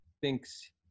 thinks